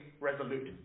resolute